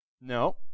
No